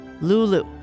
Lulu